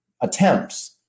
attempts